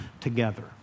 together